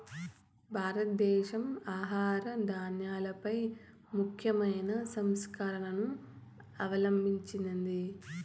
భారతదేశం ఆహార ధాన్యాలపై ముఖ్యమైన సంస్కరణలను అవలంభించింది